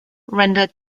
rendered